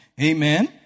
Amen